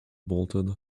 bolted